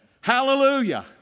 Hallelujah